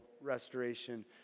restoration